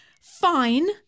fine